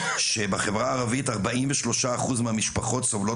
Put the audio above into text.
שבחברה הערבית 43 אחוז מהמשפחות,